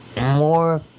more